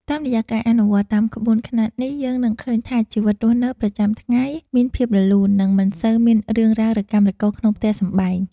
តាមរយៈការអនុវត្តតាមក្បួនខ្នាតនេះយើងនឹងឃើញថាជីវិតរស់នៅប្រចាំថ្ងៃមានភាពរលូន និងមិនសូវមានរឿងរ៉ាវរកាំរកូសក្នុងផ្ទះសម្បែង។